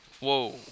Whoa